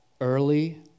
Early